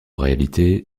réalité